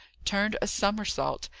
turned a somersault,